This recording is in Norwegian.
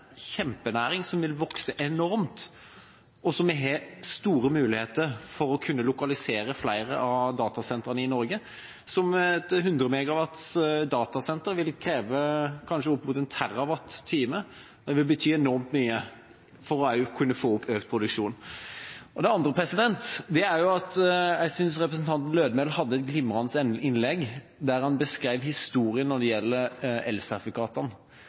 kjempenæring som vil vokse enormt, og vi har store muligheter for å kunne lokalisere flere av datasentrene i Norge. Et 100 MW-datasenter vil kreve kanskje opp mot 1 TWh, og det vil bety enormt mye, også for å kunne få økt produksjon. Det andre er at jeg synes representanten Lødemel hadde et glimrende innlegg der han beskrev historien når det gjelder elsertifikatene.